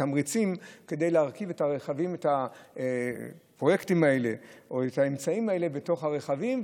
תמריצים כדי להרכיב את הפרויקטים האלה או האמצעים האלה בתוך הרכבים.